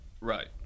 Right